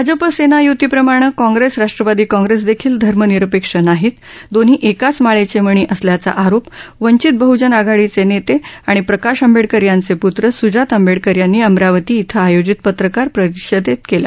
भाजप सेना युती प्रमाणे Congress Rashtravadi Congress देखील धर्मनिरपेक्ष नाहीत दोन्ही एकाच माळेचे मणी असल्याचा आरोप वंचित बहजन आघाडीचे नेते आणि प्रकाश आंबेडकर यांचे प्त्र सूजात आंबेडकर यांनी अमरावती इथं आयोजित पत्रकार परिषदेत केलं